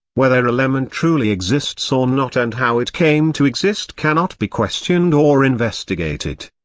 whether a lemon truly exists or not and how it came to exist cannot be questioned or investigated.